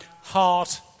Heart